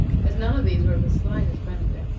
as none of these were of the slightest benefit,